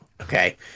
okay